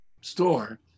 store